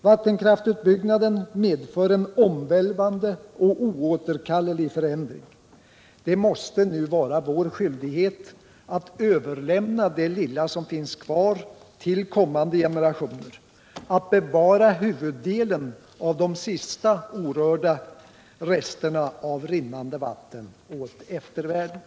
Vattenkraftsutbyggnaden medför en omvälvande och oåterkallelig förändring. Det måste nu vara vår skyldighet att överlämna det lilla som finns kvar till kommande generationer och att bevara huvuddelen av de sista orörda resterna av rinnande vatten åt eftervärlden.